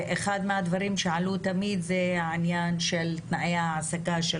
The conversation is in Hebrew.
אחד מהדברים שעלו תמיד זה העניין של תנאי ההעסקה של